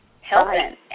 helping